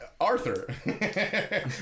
Arthur